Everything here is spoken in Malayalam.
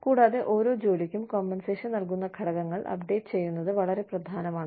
കൂടാതെ ഓരോ ജോലിക്കും കോമ്പൻസേഷൻ നൽകുന്ന ഘടകങ്ങൾ അപ്ഡേറ്റ് ചെയ്യുന്നത് വളരെ പ്രധാനമാണ്